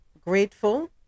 Grateful